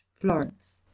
florence